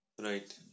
Right